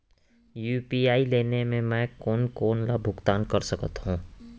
UPI ले मैं कोन कोन ला भुगतान कर सकत हओं?